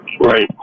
Right